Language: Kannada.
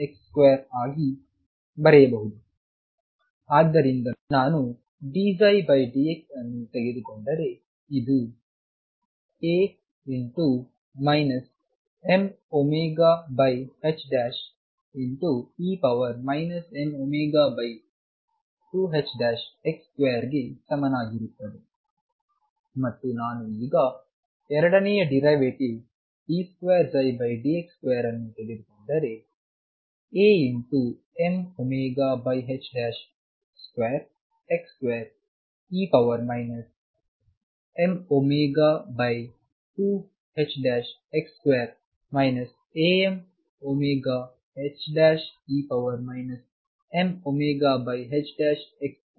ಆದ್ದರಿಂದ ನಾನು dψdx ಅನ್ನು ತೆಗೆದುಕೊಂಡರೆ ಇದು A mωxe mω2ℏx2 ಗೆ ಸಮನಾಗಿರುತ್ತದೆ ಮತ್ತು ನಾನು ಈಗ ಎರಡನೇ ಡಿರೈವೆಟಿವ್ d2dx2 ಅನ್ನು ತೆಗೆದುಕೊಂಡರೆAmω2x2e mω2ℏx2 Amωe mω2ℏx2 ಎಂದು ದೊರೆಯುತ್ತದೆ